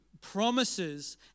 promises